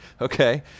okay